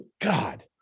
God